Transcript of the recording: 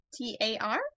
t-a-r